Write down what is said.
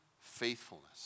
faithfulness